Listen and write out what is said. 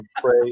pray